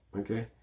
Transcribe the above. Okay